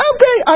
Okay